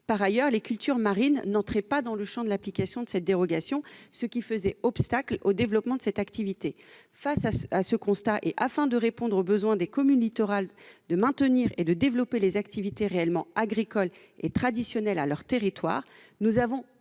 Par ailleurs, les cultures marines n'entraient pas dans le champ d'application de cette dérogation, ce qui faisait obstacle au développement de cette activité. Devant ce constat et afin de répondre aux besoins des communes littorales de maintenir et de développer les activités réellement agricoles traditionnelles de leur territoire, nous avons,